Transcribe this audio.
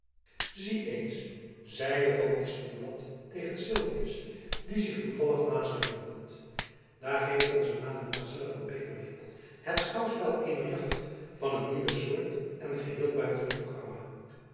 zie eens zeide van espenblad tegen sylvius die zich toevallig naast hem bevond daar geeft ons mademoiselle van beverweert het schouwspel eener jacht van een nieuwe soort en geheel buiten het programma